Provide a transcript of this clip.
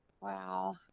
Wow